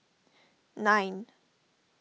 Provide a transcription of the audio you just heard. nine